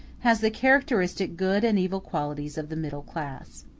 has the characteristic good and evil qualities of the middle classes.